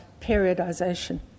periodisation